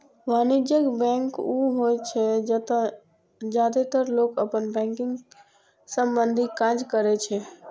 वाणिज्यिक बैंक ऊ होइ छै, जतय जादेतर लोग अपन बैंकिंग संबंधी काज करै छै